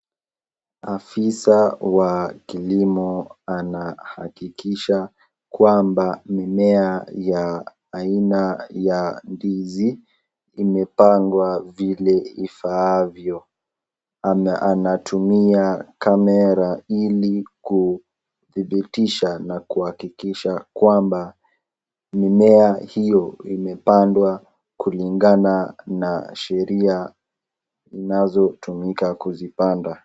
Afisa wa kilimo anahakikisha kwamba mimea ya aina ya ndizi imepangwa vile ifaavyo. Anatumia kamera ili kuthibitisha na kuhakikisha kwamba mimea hiyo imepandwa kulingana na sheria inazotumika kuzipanda.